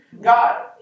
God